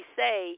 say